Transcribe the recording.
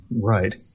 Right